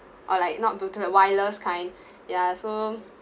or like not bluetooth wireless kind ya so